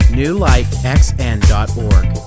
newlifexn.org